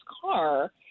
car